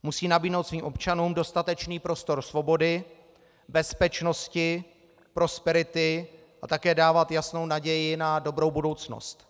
Musí nabídnout svým občanům dostatečný prostor svobody, bezpečnosti, prosperity a také dávat jasnou naději na dobrou budoucnost.